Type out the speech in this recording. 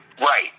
Right